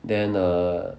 then err